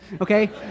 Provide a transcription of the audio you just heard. okay